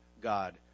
God